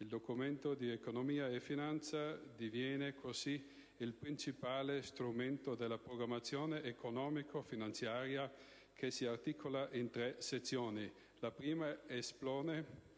Il Documento di economia e finanza diviene così il principale strumento della programmazione economico-finanziaria che si articoli in tre sezioni: la prima espone